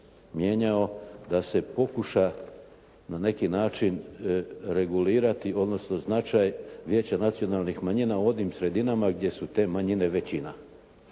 da se pokuša na neki način regulirati, odnosno značaj Vijeća nacionalnih manjina u onim sredinama gdje su te manjine većina.